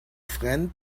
friend